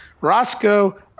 Roscoe